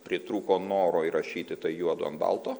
pritrūko noro įrašyti tai juodu ant balto